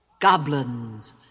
Goblins